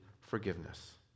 forgiveness